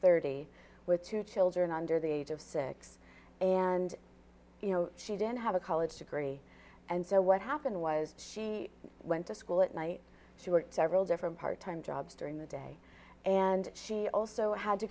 thirty with two children under the age of six and you know she didn't have a college degree and so what happened was she went to school at night two were several different part time jobs during the day and she also had to